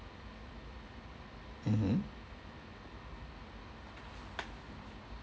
mmhmm